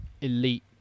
elite